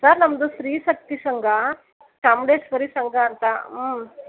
sir ನಮ್ಮದು ಸ್ತ್ರೀ ಶಕ್ತಿ ಸಂಘ ಚಾಮುಂಡೇಶ್ವರಿ ಸಂಘ ಅಂತ ಹ್ಞೂ